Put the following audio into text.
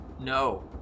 No